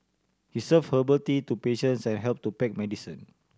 he served herbal tea to patients and helped to pack medicine